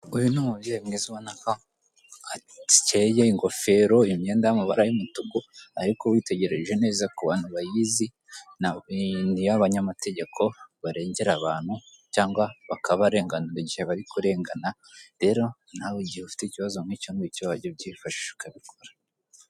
Uyu ni umubyeyi mwiza ubona ko acyeye ingofero imyenda y'amabara y'umutuku, ariko witegereje neza ku bantu bayizi ni iy'abanyamategeko barengera abantu cyangwa bakabarenganura igihe bari kurengana; rero nawe igihe ufite ikibazo nk'icyo ngicyo wajya ubyifashisha ukabikora.